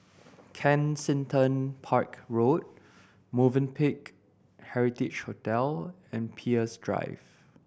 Kensington Park Road Movenpick Heritage Hotel and Peirce Drive